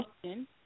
question